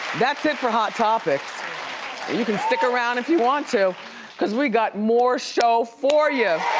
that's it for hot topics, and you can stick around if you want to cause we got more show for you.